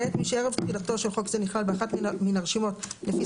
(ב)מי שערב תחילתו של חוק זה נכלל באחת מן הרשימות לפי